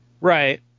Right